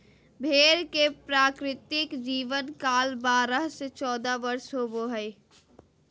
भेड़ के प्राकृतिक जीवन काल बारह से चौदह वर्ष होबो हइ